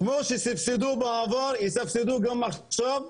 כמו שסבסדו בעבר יסבסדו גם עכשיו,